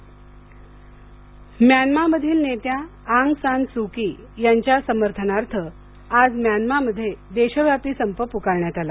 Myanmar संप Myanmar मधील नेत्या आंग सान सु कि यांच्या समर्थनार्थ आज म्यानमा मध्ये देशव्यापी संप पुकारण्यात आला